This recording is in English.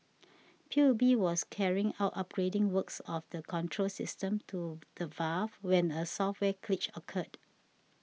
P U B was carrying out upgrading works of the control system to the valve when a software glitch occurred